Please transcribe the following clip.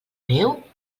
neu